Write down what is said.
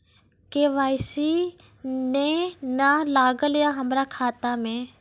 KYC ने न लागल या हमरा खाता मैं?